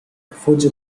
fugge